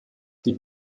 die